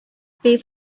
pay